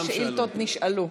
כל השאילתות נשאלו.